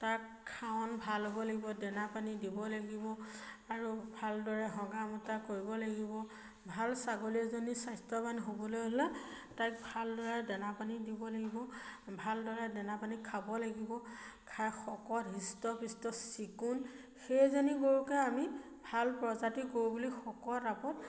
তাক খাৱন ভাল হ'ব লাগিব দানা পানী দিব লাগিব আৰু ভালদৰে হগা মূতা কৰিব লাগিব ভাল ছাগলী এজনী স্বাস্থ্যৱান হ'বলৈ হ'লে তাইক ভালদৰে দানা পানী দিব লাগিব ভালদৰে দানা পানী খাব লাগিব খাই শকত হৃষ্ট পুষ্ট চিকুণ সেইজনী গৰুকে আমি ভাল প্ৰজাতি গৰু বুলি শকত আৱত